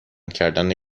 کردن